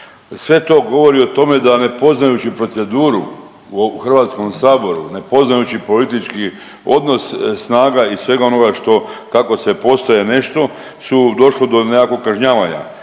Sve to govori o tome da ne poznajući proceduru u HS-u, ne poznajući politički odnos snaga i svega onoga što kako se postaje nešto su došlo do nekakvog kažnjavanja.